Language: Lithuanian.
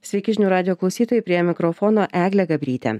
sveiki žinių radijo klausytojai prie mikrofono eglė gabrytė